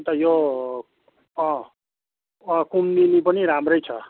अन्त यो अँ अँ कुमुदिनी पनि राम्रै छ